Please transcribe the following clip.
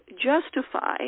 justify